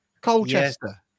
Colchester